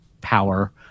power